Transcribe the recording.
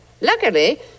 Luckily